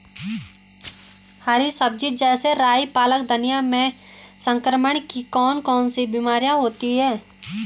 हरी सब्जी जैसे राई पालक धनिया में संक्रमण की कौन कौन सी बीमारियां होती हैं?